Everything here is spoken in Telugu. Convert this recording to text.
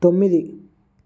తొమ్మిది